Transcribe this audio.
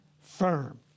firm